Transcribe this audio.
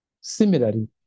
Similarly